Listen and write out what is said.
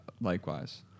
likewise